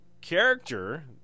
character